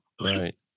Right